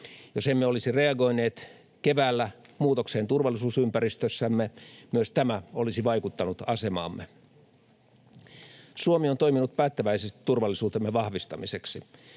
Jos emme olisi reagoineet keväällä muutokseen turvallisuusympäristössämme, myös tämä olisi vaikuttanut asemaamme. Suomi on toiminut päättäväisesti turvallisuutemme vahvistamiseksi.